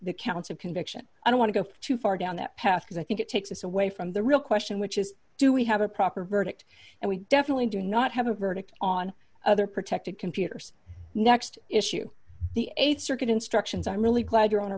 the counts of conviction i don't want to go too far down that path because i think it takes us away from the real question which is do we have a proper verdict and we definitely do not have a verdict on other protected computers next issue the th circuit instructions i'm really glad your honor